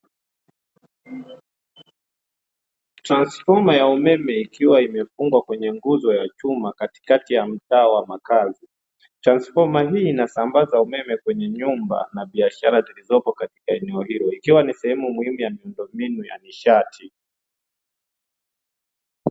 Transifoma ya umeme ikiwa imefungwa kwenye nguzo ya chuma katikati ya mtaa wa makazi. Transifoma hii inasambaza umeme kwenye nyumba na biashara zilizopo katika eneo huo ikiwa ni sehemu muhimu ya nishati.